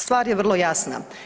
Stvar je vrlo jasna.